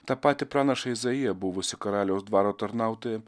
tą patį pranašą izaiją buvusi karaliaus dvaro tarnautoją